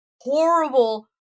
horrible